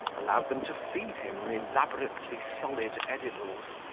allowed them to feed him on elaborately solid edibles,